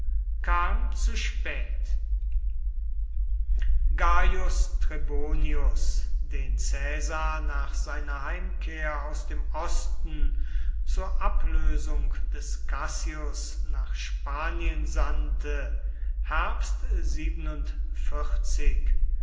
kam zu spät gaius trebonius den caesar nach seiner heimkehr aus dem osten zur ablösung des cassius nach spanien sandte